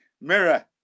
Mirror